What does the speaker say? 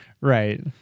Right